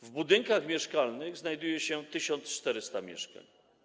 W budynkach mieszkalnych znajduje się 1400 mieszkań.